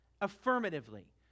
affirmatively